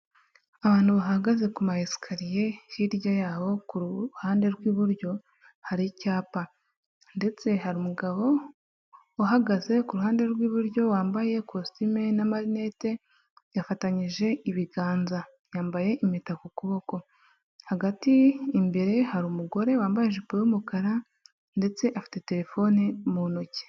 Abantu bahagaze ku mayesikariye, hirya yaho ku ruhande rw'iburyo hari icyapa ndetse hari umugabo uhagaze ku ruhande rw'iburyo wambayekositime n'amarinete, yafatanyije ibiganza, yambaye impeta ku kuboko, hagati imbere hari umugore wambaye ijipo y'umukara ndetse afite telefone mu ntoki.